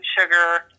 sugar